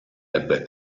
ebbe